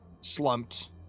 slumped